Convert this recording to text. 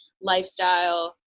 lifestyle